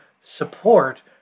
support